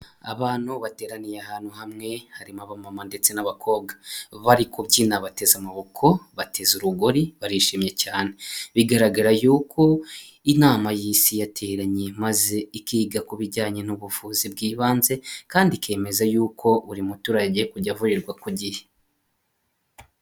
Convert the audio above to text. Abantu bateraniye ahantu hamwe harimo abamama ndetse n'abakobwa, bari kubyina bateze amaboko bateza urugori barishimye cyane, bigaragara yuko inama y'isi yateranye maze ikiga ku bijyanye n'ubuvuzi bw'ibanze kandi ikemeza yuko buri muturage agiye kujya avurirwa ku gihe.